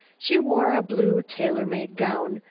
she wore a blue tailor-made gown,